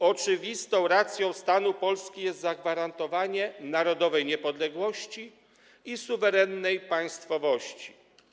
Oczywistą racją stanu Polski jest zagwarantowanie narodowej niepodległości i suwerennej państwowości.